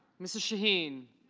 mrs. shaheen